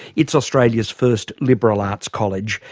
it's australia's first liberal arts college.